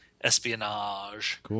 espionage